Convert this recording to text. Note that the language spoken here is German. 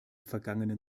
vergangenen